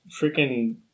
freaking